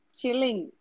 chilling